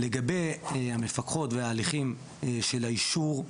לגבי המפקחות וההליכים של האישור,